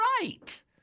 right